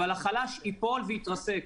אבל החלש ייפול ויתרסק.